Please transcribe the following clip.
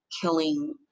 killing